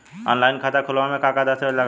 Online खाता खूलावे म का का दस्तावेज लगा ता?